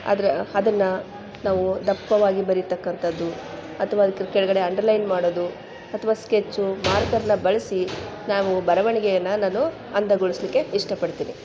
ಅದರ ಅದನ್ನ ನಾವು ದಪ್ಪವಾಗಿ ಬರಿತಕ್ಕಂಥದ್ದು ಅಥ್ವಾ ಅದಕ್ಕೆ ಕೆಳಗಡೆ ಅಂಡರ್ಲೈನ್ ಮಾಡೋದು ಅಥ್ವಾ ಸ್ಕೆಚ್ಚು ಮಾರ್ಕರ್ನ ಬಳಸಿ ನಾವು ಬರವಣಿಗೆಯನ್ನು ನಾನು ಅಂದಗೊಳಿಸಲಿಕ್ಕೆ ಇಷ್ಟಪಡ್ತೀನಿ